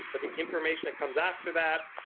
but the information that comes after that.